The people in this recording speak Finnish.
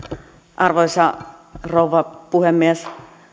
arvoisa rouva puhemies